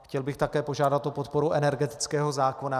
Chtěl bych také požádat o podporu energetického zákona.